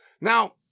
Now